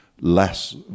less